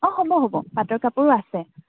অ হ'ব হ'ব পাটৰ কাপোৰো আছে